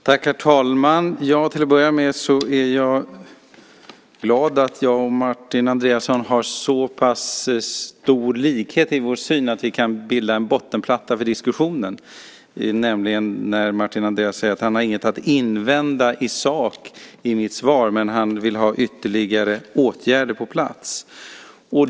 Herr talman! Till att börja med är jag glad att jag och Martin Andreasson har så pass stor likhet i vår syn att vi kan bilda en bottenplatta för diskussionen. Martin Andreasson säger nämligen att han inte har något att invända i sak mot mitt svar, men han vill ha ytterligare åtgärder på plats.